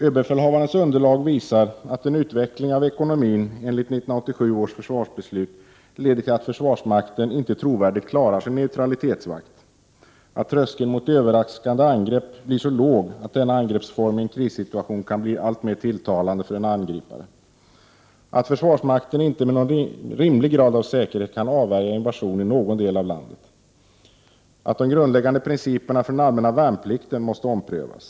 Överbefälhavarens underlag visar att en utveckling av ekonomin enligt 1987 års försvarsbeslut leder till att försvarsmakten inte trovärdigt klarar sin neutralitetsvakt, att tröskeln mot överraskande angrepp blir så låg att denna angreppsform i en krissitaution kan bli alltmer tilltalande för en angripare, att försvarsmakten inte med någon rimlig grad av säkerhet kan avvärja invasion i någon del av landet, att de grundläggande principerna för den allmänna värnplikten måste omprövas.